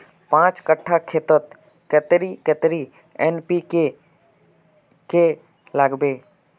पाँच कट्ठा खेतोत कतेरी कतेरी एन.पी.के के लागबे?